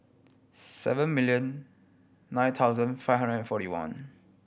seven million nine thousand five hundred and forty one